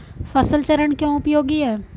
फसल चरण क्यों उपयोगी है?